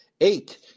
Eight